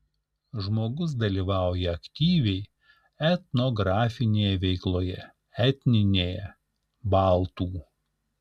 žmogus dalyvauja aktyviai etnografinėje veikloje etninėje baltų